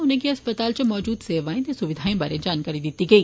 उनेंगी अस्पताल इच मौजूद सेवाएं ते सुविघाएं बारे जानकारी दित्ती गेई